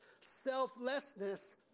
selflessness